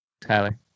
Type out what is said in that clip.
Tyler